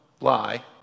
lie